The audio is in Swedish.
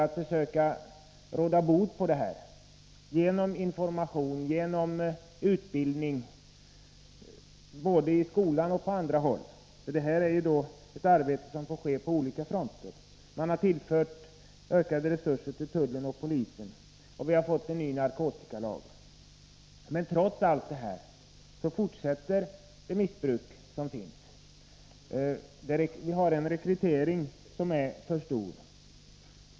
Man har försökt att råda bot på missbruket genom bl.a. information och utbildning, både i skolan och på andra håll, och arbetet måste naturligtvis ske på olika fronter. Man har också tillfört tullen och polisen ökade resurser, och vi har fått en ny narkotikalagstiftning. Men trots detta fortsätter missbruket. Vi har en rekrytering som är alltför stor.